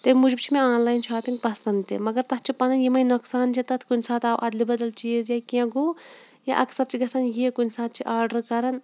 تمہِ موٗجوٗب چھِ مےٚ آنلاین شاپِنٛگ پَسنٛد تہِ مگر تَتھ چھِ پَنٕںۍ یِمَے نۄقصان چھِ تَتھ کُنہِ ساتہٕ آو اَدلہِ بدل چیٖز کینٛہہ گوٚو یا اکثر چھِ گژھان یہِ کُنہِ ساتہٕ چھِ آرڈَر کَران